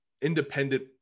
independent